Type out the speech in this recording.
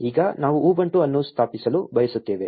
ಈಗ ನಾವು ಉಬುಂಟು ಅನ್ನು ಸ್ಥಾಪಿಸಲು ಬಯಸುತ್ತೇವೆ